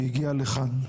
שהגיע לכאן,